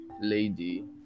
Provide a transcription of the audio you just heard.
lady